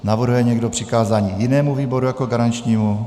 Navrhuje někdo přikázání jinému výboru jako garančnímu?